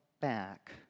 back